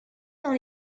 dans